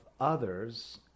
others